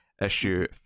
issue